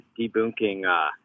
debunking